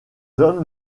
hommes